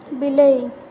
ବିଲେଇ